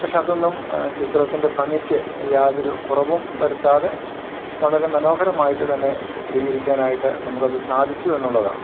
പക്ഷെ അതൊന്നും ചിത്രത്തിൻ്റെ ഭംഗിക്ക് യാതൊരു കുറവും വരുത്താതെ വളരെ മനോഹരമായിട്ടുതന്നെ ചിത്രീകരിക്കാനായിട്ട് നമുക്കത് സാധിച്ചുയെന്നുള്ളതാണ്